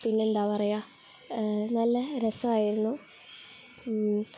പിന്നെ എന്താണ് പറയുക നല്ല രസം ആയിരുന്നു